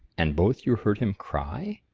and both you heard him cry?